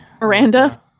miranda